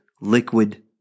liquid